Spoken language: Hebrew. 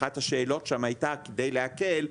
אחת השאלות שם הייתה כדי להקל,